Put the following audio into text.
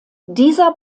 dieser